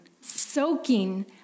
soaking